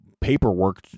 paperwork